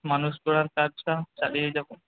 মানুষ গড়ার কাজটা চালিয়ে যাবো